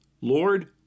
Lord